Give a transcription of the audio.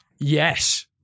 yes